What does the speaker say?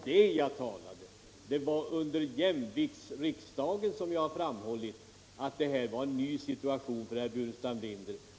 Det blev under jämviktsriksdagen som det uppstod en ny situation för herr Burenstam Linder.